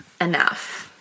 enough